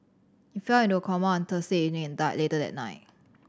he fell into a coma on Thursday evening and died later that night